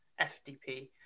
FDP